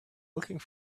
looking